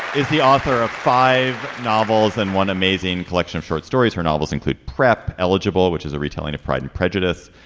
is the author of five novels and one amazing collection of short stories her novels include prep eligible which is a retelling retelling of pride and prejudice.